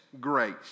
grace